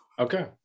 okay